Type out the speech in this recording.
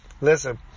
Listen